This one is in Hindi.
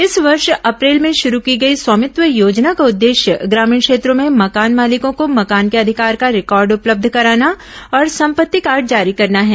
इस वर्ष अप्रैल में शुरू की गई स्वामित्व योजना का उद्देश्य ग्रामीण क्षेत्रों में मकान मालिकों को मकान के अधिकार का रिकॉर्ड उपलब्ध कराना और संपत्ति कार्ड जारी करना है